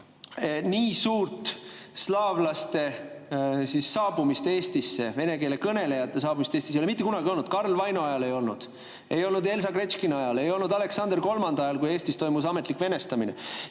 Nii suurt slaavlaste saabumist Eestisse, vene keele kõnelejate saabumist Eestisse ei ole mitte kunagi olnud. Karl Vaino ajal ei olnud, ei olnud Elsa Gretškina ajal, ei olnud Aleksander III ajal, kui Eestis toimus ametlik venestamine.